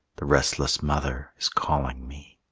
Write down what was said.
the restless mother, is calling me.